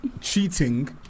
cheating